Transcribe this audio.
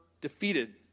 defeated